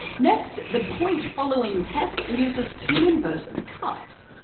next, the point-following test uses two inverted cups.